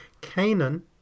Canaan